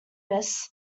miss